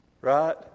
Right